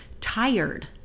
tired